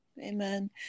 Amen